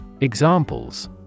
Examples